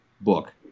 book